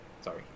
Sorry